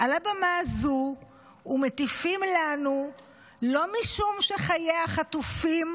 על הבמה הזאת ומטיפים לנו לא משום שחיי החטופים,